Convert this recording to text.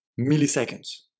milliseconds